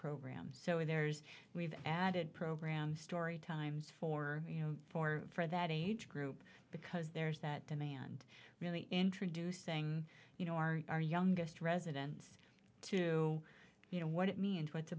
program so there's we've added programs story times for you know for for that age group because there's that demand really introducing you know our our youngest residents to you know what it means w